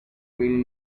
will